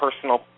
personal